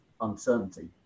uncertainty